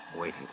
Waiting